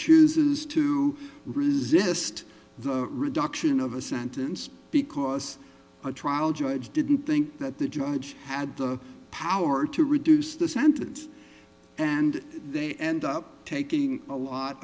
chooses to resist the reduction of a sentence because the trial judge didn't think that the judge had the power to reduce the sentence and they ended up taking a lot